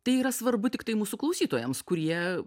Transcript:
tai yra svarbu tiktai mūsų klausytojams kurie